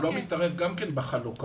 הוא לא מתערב בחלוקה,